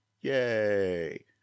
Yay